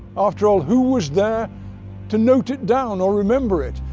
after all who was there to note it down or remember it?